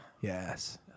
Yes